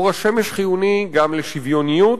אור השמש חיוני גם לשוויוניות